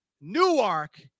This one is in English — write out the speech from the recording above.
Newark